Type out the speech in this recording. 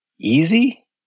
easy